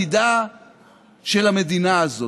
אנחנו עוסקים בעתידה של המדינה הזאת,